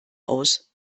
aus